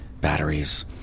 batteries